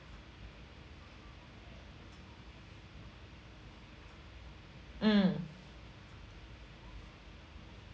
mm